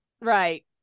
Right